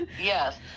yes